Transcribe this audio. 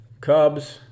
Cubs